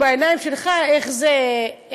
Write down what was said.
בחדר השירותים שלך יש מראה?